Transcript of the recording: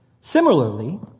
Similarly